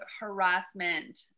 harassment